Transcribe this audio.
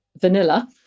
vanilla